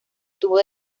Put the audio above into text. tuvo